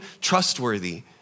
trustworthy